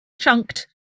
chunked